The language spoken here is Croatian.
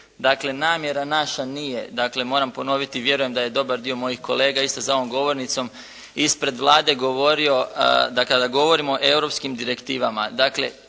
Dakle namjera naša nije, dakle moram ponoviti i vjerujem da je dobar dio mojih kolega isto za ovom govornicom ispred Vlade govorio da kada govorimo o europskim direktivama